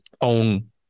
own